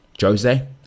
Jose